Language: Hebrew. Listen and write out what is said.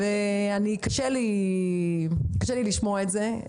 קשה לי לשמוע את זה.